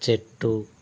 చెట్టు